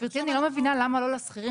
אני לא מבינה למה לא לשכירים?